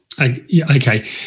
Okay